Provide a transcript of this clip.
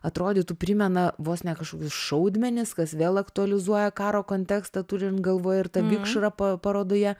atrodytų primena vos ne kažkokius šaudmenis kas vėl aktualizuoja karo kontekstą turint galvoj ir tą vikšrą pa parodoje